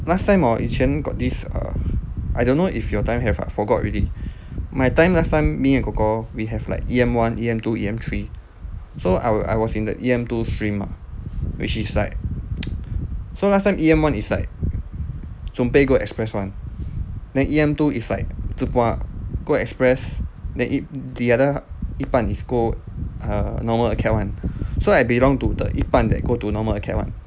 last time hor 以前 got this err I don't know if your time have ah forgot already my time last time me and korkor we have like E_M one E_M two E_M three so I was I was in the E_M two stream lah which is like so last time E_M one is like 准备 go express [one] then E_M two is like go express then the other 一半 is go err normal acad one so I belong to the 一半 that go to normal acad [one]